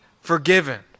Forgiven